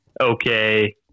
okay